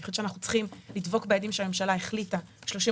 אני חושבת שאנחנו צריכים לדבוק ביעדים שהממשלה החליטה עליהם.